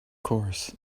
course